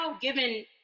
given